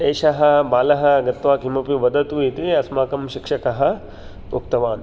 एषः बालः गत्वा किमपि वदतु इति अस्माकं शिक्षकः उक्तवान्